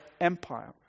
empire